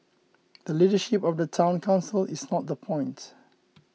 the leadership of the Town Council is not the point